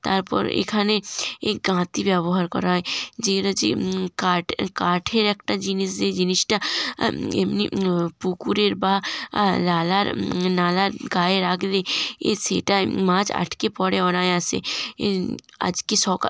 তারপর এখানে এই গাঁতি ব্যবহার করা হয় যেটা যে কাট কাঠের একটা জিনিস যে জিনিসটা এমনি পুকুরের বা লালার নালার গায়ে রাখলে এ সেটায় মাছ আটকে পড়ে অনায়াসে আজকে সকা